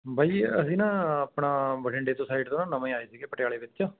ਬਾਈ ਜੀ ਅਸੀਂ ਨਾ ਆਪਣਾ ਬਠਿੰਡੇ ਤੋਂ ਸਾਈਡ ਤੋਂ ਨਾ ਨਵੇਂ ਆਏ ਸੀਗੇ ਪਟਿਆਲੇ ਵਿੱਚ